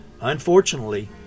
Unfortunately